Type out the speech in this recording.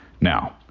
Now